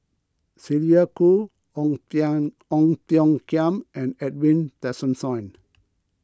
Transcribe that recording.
Sylvia Kho Ong Tiong Khiam and Edwin Tessensohn